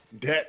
debt